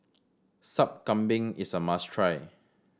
Sup Kambing is a must try